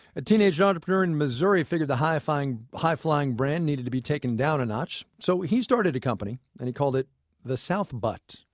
a teenage entrepreneur in missouri figured the high-flying high-flying brand needed to be taken down a notch. so he started a company, and he called it the south butt.